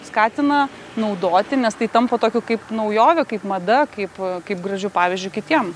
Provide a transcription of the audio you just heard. skatina naudoti nes tai tampa tokiu kaip naujove kaip mada kaip kaip gražiu pavyzdžiu kitiem